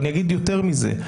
אני אגיד יותר מזה,